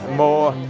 more